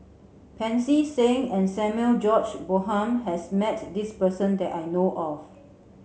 Pancy Seng and Samuel George Bonham has met this person that I know of